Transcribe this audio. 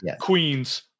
Queens